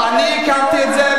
אני הקמתי את זה,